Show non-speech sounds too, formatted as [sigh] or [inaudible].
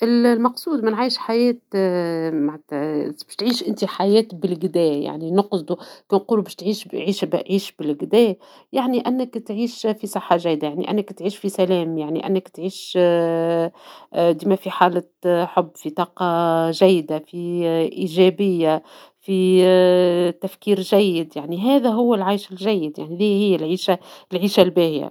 المقصود من عيش حياة [hesitation] معتا بيش تعيش أنت حياة بالقدا يعني نقصدو تنقولو باش تعيش عيشة عيش بالقدا يعني أنك تعيش في صحة جيدة يعني أنك تعيش في سلام يعني إنك تعيش [hesitation] ديما في حالة آآ حب في طاقة آآ جيدة في آآ ايجابية في تفكير جيد يعني هذا هو العيش الجيد يعني هذى هي العيشة-العيشة الباهية.